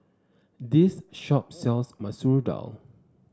this shop sells Masoor Dal